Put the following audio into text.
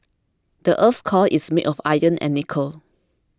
the earth's core is made of iron and nickel